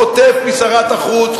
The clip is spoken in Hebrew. חוטף משרת החוץ,